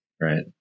right